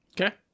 okay